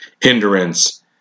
hindrance